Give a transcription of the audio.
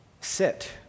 sit